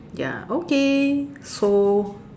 ya okay so